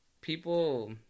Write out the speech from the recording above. people